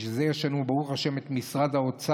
בשביל זה יש לנו, ברוך השם, את משרד האוצר.